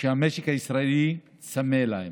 שהמשק הישראלי צמא להם.